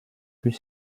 plus